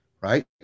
right